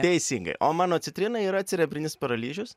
teisingai o mano citrina yra cerebrinis paralyžius